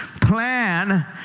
Plan